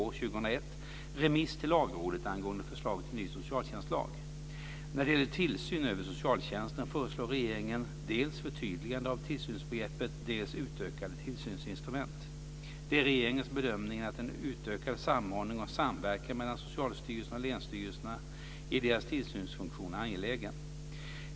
remiss till Lagrådet angående förslag till en ny socialtjänstlag. När det gäller tillsyn över socialtjänsten föreslår regeringen dels förtydliganden av tillsynsbegreppet, dels utökade tillsynsinstrument. Det är regeringens bedömning att en utökad samordning och samverkan mellan Socialstyrelsen och länsstyrelserna i deras tillsynsfunktion är angelägen.